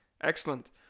Excellent